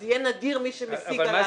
אז יהיה נדיר מי שמשיג על...